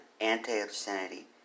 anti-obscenity